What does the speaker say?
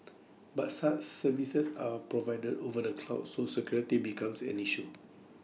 but such services are provided over the cloud so security becomes an issue